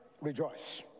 rejoice